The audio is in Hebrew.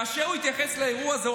כאשר הוא התייחס לאירוע הזה,